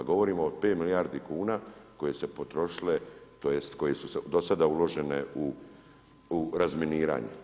A govorimo o 5 milijardi kuna, koje su se potrošile, tj. koje su dosada uložene u razminiranju.